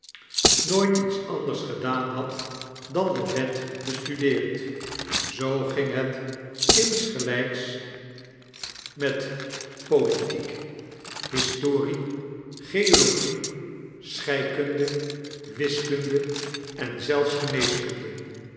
nooit iets anders gedaan had dan de wet bestudeerd zoo ginghe'insgelyksmetpopeilosophie van dokter goliath litiek historie geologie scheikunde wiskunde en zelfs geneeskunde